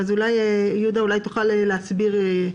אולי יהודה יוכל להסביר.